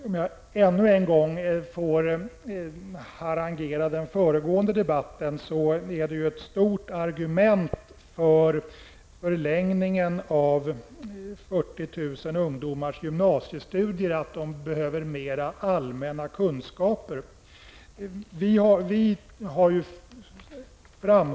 Om jag ännu en gång får återknyta till den föregående diskussionen vill jag säga att det är ett starkt argument för förlängningen av 40 000 ungdomars gymnasiestudier att de behöver mer av allmänna kunskaper.